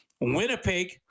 Winnipeg